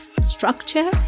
structure